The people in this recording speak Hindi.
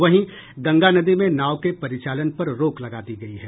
वहीं गंगा नदी में नाव के परिचालन पर रोक लगा दी गयी है